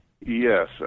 Yes